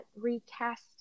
recast